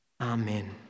Amen